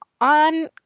on